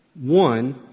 one